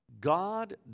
God